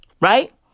Right